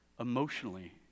Emotionally